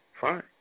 fine